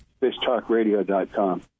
fishtalkradio.com